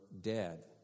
dead